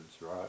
right